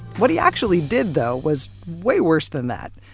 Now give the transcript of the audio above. what he actually did though was way worse than that,